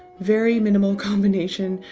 very minimal combination.